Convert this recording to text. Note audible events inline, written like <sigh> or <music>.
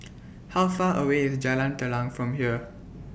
<noise> How Far away IS Jalan Telang from here